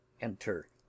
Enter